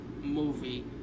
movie